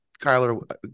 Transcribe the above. Kyler